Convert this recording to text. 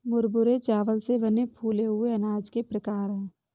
मुरमुरे चावल से बने फूले हुए अनाज के प्रकार है